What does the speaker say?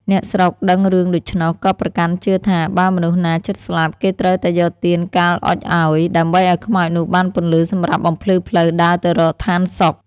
អ្នកស្រុកដឹងរឿងដូច្នោះ ក៏ប្រកាន់ជឿថា "បើមនុស្សណាជិតស្លាប់ គេត្រូវតែយកទានកាលអុជឲ្យ ដើម្បីឲ្យខ្មោចនោះបានពន្លឺសម្រាប់បំភ្លឺផ្លូវដើរទៅរកឋានសុខ" ។